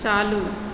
चालू